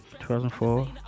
2004